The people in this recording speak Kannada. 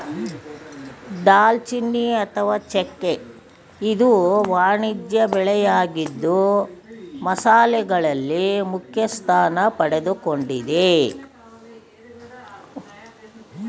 ದಾಲ್ಚಿನ್ನಿ ಅಥವಾ ಚೆಕ್ಕೆ ಇದು ವಾಣಿಜ್ಯ ಬೆಳೆಯಾಗಿದ್ದು ಮಸಾಲೆಗಳಲ್ಲಿ ಮುಖ್ಯಸ್ಥಾನ ಪಡೆದುಕೊಂಡಿದೆ